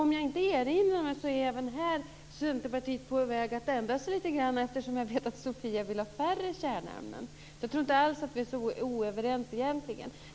Om jag inte erinrar mig fel är Centerpartiet även här på väg att ändra sig lite grann, eftersom jag vet att Sofia Jonsson vill ha färre kärnämnen. Jag tror inte alls att vi är så oense egentligen.